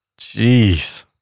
Jeez